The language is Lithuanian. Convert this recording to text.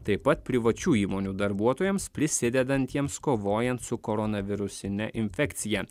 taip pat privačių įmonių darbuotojams prisidedantiems kovojant su koronavirusine infekcija